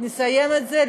נסיים את זה,